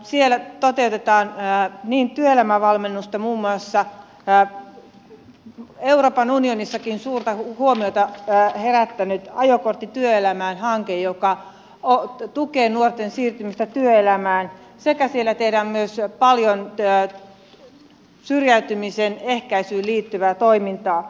siellä toteutetaan työelämävalmennusta muun muassa euroopan unionissakin suurta huomiota herättänyttä ajokortti työelämään hanketta joka tukee nuorten siirtymistä työelämään sekä siellä tehdään myös paljon syrjäytymisen ehkäisyyn liittyvää toimintaa